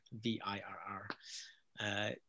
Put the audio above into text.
V-I-R-R